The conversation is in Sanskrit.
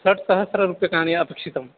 षट्सहस्ररूप्यकाणि अपेक्षितानि